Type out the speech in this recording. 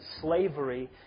slavery